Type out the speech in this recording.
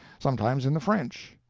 sometimes in the french.